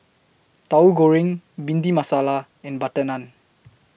Tahu Goreng Bhindi Masala and Butter Naan